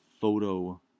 photo